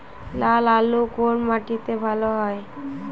লাল আলু কোন মাটিতে ভালো হয়?